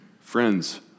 Friends